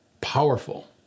Powerful